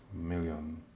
million